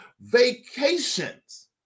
vacations